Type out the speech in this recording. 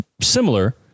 similar